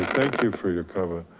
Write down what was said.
thank you for your comment.